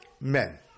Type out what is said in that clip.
men